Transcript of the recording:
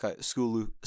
school